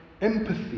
Empathy